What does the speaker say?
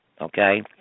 okay